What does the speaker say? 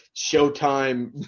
Showtime